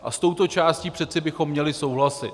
A s touto částí přeci bychom měli souhlasit.